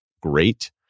great